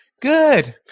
good